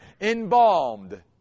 embalmed